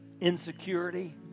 insecurity